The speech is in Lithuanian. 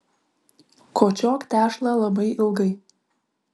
kočiok tešlą labai ilgai